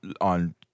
on